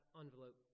envelope